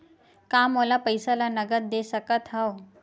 का मोला पईसा ला नगद दे सकत हव?